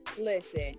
Listen